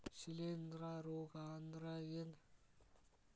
ಶಿಲೇಂಧ್ರ ರೋಗಾ ಅಂದ್ರ ಏನ್?